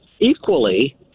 equally